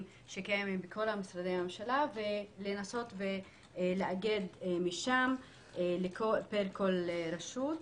שקיימים בכל משרדי הממשלה ולנסות לאגד משם פר כל רשות.